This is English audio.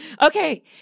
Okay